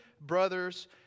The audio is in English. brothers